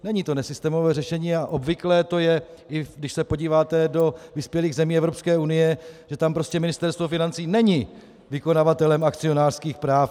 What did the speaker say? Není to je nesystémové řešení a obvyklé to je, i když se podíváte do vyspělých zemí Evropské unie, že tam prostě Ministerstvo financí není vykonavatelem akcionářských práv.